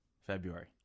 February